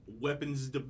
weapons